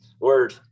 word